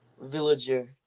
villager